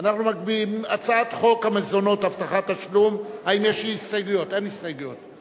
את הצעת חוק המזונות (הבטחת תשלום) (תיקון מס' 8). האם יש הסתייגויות?